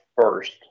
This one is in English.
first